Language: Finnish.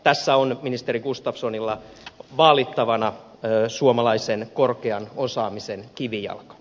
tässä on ministeri gustafssonilla vaalittavana suomalaisen korkean osaamisen kivijalka